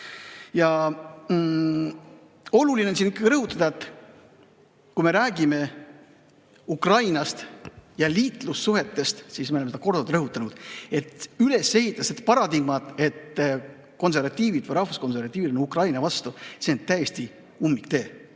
Oluline on siin rõhutada, et kui me räägime Ukrainast ja liitlassuhetest, siis me oleme seda korduvalt rõhutanud, et üles ehitatud paradigmad, et konservatiivid või rahvuskonservatiivid on Ukraina vastu – see on täiesti ummiktee.